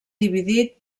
dividit